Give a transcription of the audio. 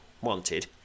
wanted